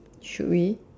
should we